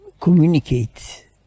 communicate